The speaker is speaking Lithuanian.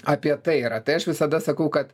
apie tai yra tai aš visada sakau kad